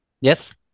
Yes